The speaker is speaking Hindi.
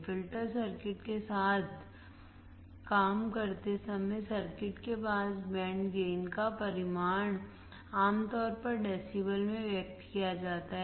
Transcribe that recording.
फ़िल्टर सर्किट के साथ काम करते समय सर्किट के पास बैंड गेन का परिमाण आमतौर पर डेसीबल में व्यक्त किया जाता है